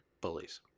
Bullies